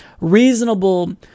reasonable